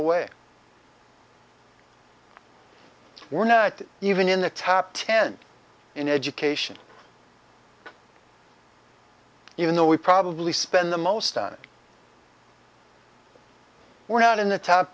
away we're not even in the top ten in education even though we probably spend the most stunning we're not in the top